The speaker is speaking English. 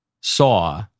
saw